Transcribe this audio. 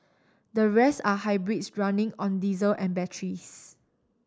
the rest are hybrids running on diesel and batteries